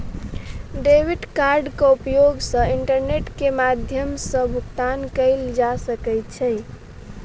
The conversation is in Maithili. डेबिट कार्डक उपयोग सॅ इंटरनेट के माध्यम सॅ भुगतान कयल जा सकै छै